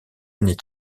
années